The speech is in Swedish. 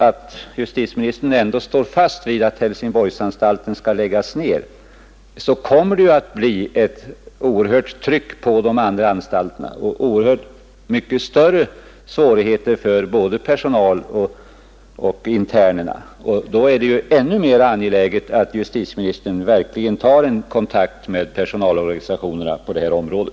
Om justitieministern i alla fall håller fast vid att den skall läggas ned, kommer det att bli ett oerhört tryck på de andra anstalterna och än större svårigheter för både personal och interner. Då är det ännu mera angeläget att justitieministern tar kontakt med personalorganisationerna på detta område.